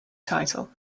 title